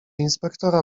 inspektora